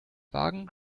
wagen